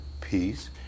peace